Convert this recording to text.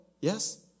yes